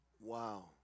Wow